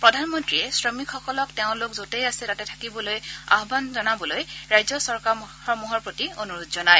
প্ৰধানমন্ত্ৰীয়ে শ্ৰমিকসকলক তেওঁলোক যতেই আছে তাতেই থাকিবলৈ আহ্য়ান কৰিবলৈ ৰাজ্য চৰকাৰসমূহৰ প্ৰতি অনুৰোধ জনায়